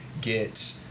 get